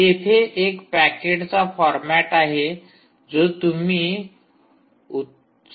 तेथे एक पॅकेटचा फॉरमॅट आहे जो तुम्ही सहज रीतीने पाहू शकता